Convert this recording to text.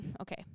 Okay